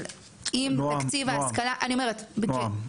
אבל אם תקציב ההשכלה --- נעם,